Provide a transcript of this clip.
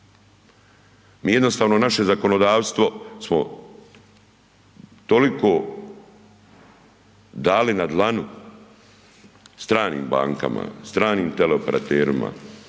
smo jednostavno naše zakonodavstvo toliko dali na dlanu stranim bankama, stranim teleoperaterima,